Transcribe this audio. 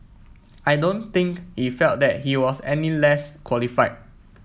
I don't think he felt that he was any less qualified